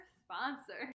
sponsor